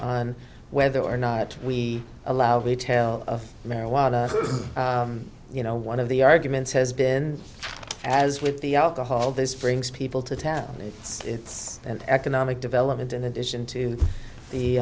on whether or not we allow the tale of marijuana you know one of the arguments has been as with the alcohol this brings people to town it's an economic development in addition to the